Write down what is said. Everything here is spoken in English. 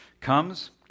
comes